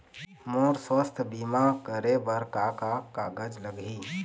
मोर स्वस्थ बीमा करे बर का का कागज लगही?